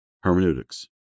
Hermeneutics